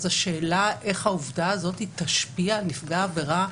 השאלה איך העובדה הזאת תשפיע על נפגע העבירה?